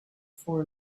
for